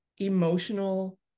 emotional